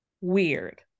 weird